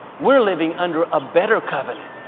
we're living under a better covenant.